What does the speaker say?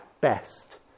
best